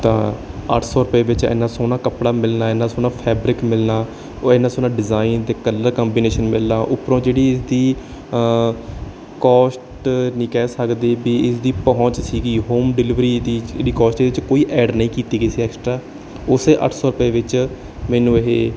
ਤਾਂ ਅੱਠ ਸੌ ਰੁਪਏ ਵਿੱਚ ਇੰਨਾ ਸੋਹਣਾ ਕੱਪੜਾ ਮਿਲਣਾ ਇੰਨਾ ਸੋਹਣਾ ਫੈਬਰਿਕ ਮਿਲਣਾ ਉਹ ਇੰਨਾ ਸੋਹਣਾ ਡਿਜ਼ਾਈਨ ਅਤੇ ਕਲਰ ਕੰਬੀਨੇਸ਼ਨ ਮਿਲਣਾ ਉੱਪਰੋਂ ਜਿਹੜੀ ਇਸਦੀ ਕੋਸਟ ਨਹੀਂ ਕਹਿ ਸਕਦੀ ਵੀ ਇਸਦੀ ਪਹੁੰਚ ਸੀਗੀ ਹੋਮ ਡਿਲੀਵਰੀ ਦੀ ਜਿਹੜੀ ਕੋਸਚ ਕੋਈ ਐਡ ਨਹੀਂ ਕੀਤੀ ਗਈ ਸੀ ਐਕਸਟਰਾ ਉਸੇ ਅੱਠ ਸੌ ਰੁਪਏ ਵਿੱਚ ਮੈਨੂੰ ਇਹ